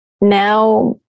now